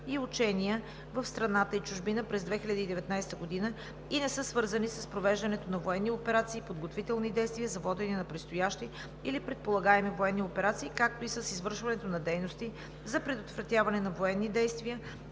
и учения в страната и чужбина през 2019 г. и не са свързани с провеждането на военни операции, подготвителни действия за водене на предстоящи или предполагаеми военни операции, както и с извършването на дейности за предотвратяване на военни действия,